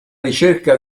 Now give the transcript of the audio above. ricerca